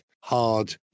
hard